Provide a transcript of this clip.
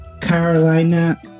Carolina